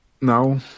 No